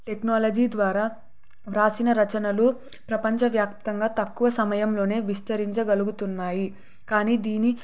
technology ద్వారా వ్రాసిన రచనలు ప్రపంచవ్యాప్తంగా తక్కువ సమయంలోనే విస్తరించగలుగుతున్నాయి కానీ దీని